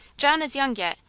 john is young yet,